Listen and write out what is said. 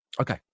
Okay